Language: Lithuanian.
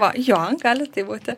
va jo gali būti